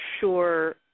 sure